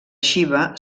xiva